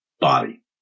body